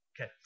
Okay